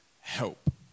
help